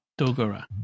Dogora